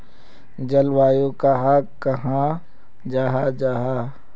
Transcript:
जलवायु कहाक कहाँ जाहा जाहा?